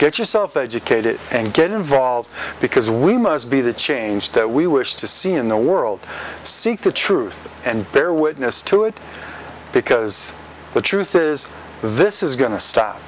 get yourself educated and get involved because we must be the change that we wish to see in the world seek the truth and bear witness to it because the truth is this is going to